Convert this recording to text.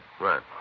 Right